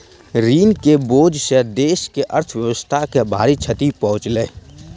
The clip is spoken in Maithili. ऋण के बोझ सॅ देस के अर्थव्यवस्था के भारी क्षति पहुँचलै